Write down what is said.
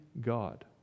God